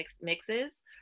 mixes